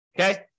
Okay